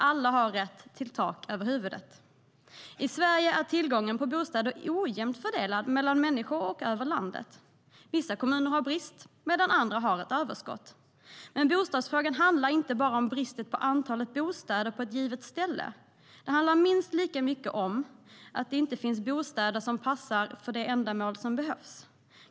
Alla har rätt till tak över huvudet. Men bostadsfrågan handlar inte bara om brist på bostäder på ett givet ställe. Den handlar minst lika mycket om att det inte finns bostäder som passar för de ändamål som behövs.